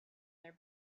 their